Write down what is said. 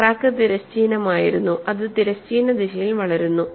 crack തിരശ്ചീനമായിരുന്നു അത് തിരശ്ചീന ദിശയിൽ വളരുന്നു